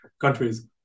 countries